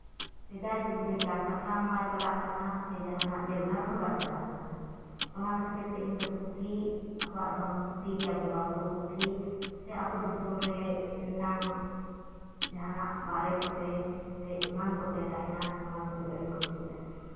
ᱥᱮᱫᱟᱭ ᱡᱩᱜᱽ ᱞᱮᱠᱟ ᱠᱟᱛᱷᱟ ᱦᱚᱸ ᱵᱟᱭ ᱪᱟᱞᱟᱜ ᱠᱟᱱᱟ ᱥᱮ ᱡᱟᱦᱟᱱᱟᱜ ᱵᱮᱵᱷᱟᱨ ᱦᱚᱸ ᱵᱟᱭ ᱪᱟᱞᱟᱜ ᱠᱟᱱᱟ ᱚᱱᱟ ᱠᱷᱟᱹᱛᱤᱨᱛᱮ ᱤᱧᱫᱚ ᱯᱩᱛᱷᱤ ᱟᱵᱚᱣᱟᱜ ᱫᱷᱚᱨᱚᱢ ᱯᱩᱛᱷᱤ ᱵᱚᱸᱜᱟ ᱵᱩᱨᱩ ᱯᱩᱛᱷᱤ ᱥᱮ ᱟᱵᱚ ᱫᱤᱥᱚᱢ ᱨᱮᱱᱟᱜ ᱡᱟᱦᱟᱱᱟᱜ ᱵᱟᱨᱮ ᱠᱚᱛᱮ ᱥᱮ ᱮᱢᱟᱱ ᱠᱚᱛᱮ ᱛᱟᱦᱮᱱᱟ ᱚᱱᱟ ᱠᱚᱜᱮ ᱟᱹᱰᱤᱧ ᱠᱩᱥᱤᱭᱟᱜᱼᱟ